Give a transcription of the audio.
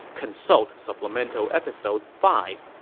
consult supplemental episode five,